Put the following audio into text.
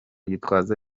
gitwaza